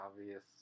obvious